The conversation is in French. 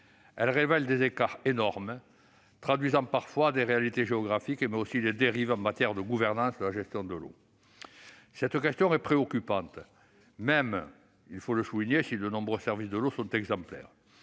Elle révèle des écarts énormes, traduisant parfois des réalités géographiques, mais aussi des dérives en matière de gouvernance de la gestion de l'eau. Cette question est préoccupante, même si de nombreux services de l'eau sont exemplaires.